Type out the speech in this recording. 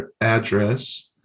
address